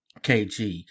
KG